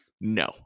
No